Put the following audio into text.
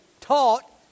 taught